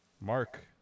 Mark